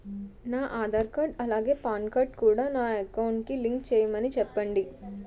నా ఆధార్ కార్డ్ అలాగే PAN card కూడా నా అకౌంట్ కి లింక్ చేయమని చెప్పండి